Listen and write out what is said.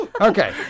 Okay